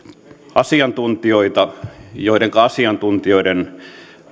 asiantuntijoita joidenka asiantuntijoiden